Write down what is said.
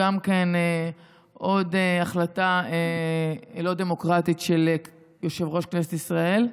עוד החלטה לא דמוקרטית של יושב-ראש כנסת ישראל.